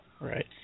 Right